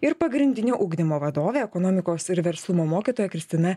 ir pagrindinio ugdymo vadovė ekonomikos ir verslumo mokytoja kristina